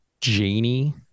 Janie